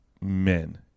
men